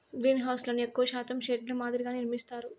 గ్రీన్హౌస్లను ఎక్కువ శాతం షెడ్ ల మాదిరిగానే నిర్మిత్తారు